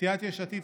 סיעת יש עתיד,